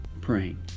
praying